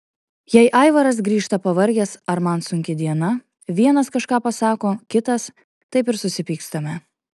jei aivaras grįžta pavargęs ar man sunki diena vienas kažką pasako kitas taip ir susipykstame